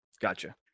Gotcha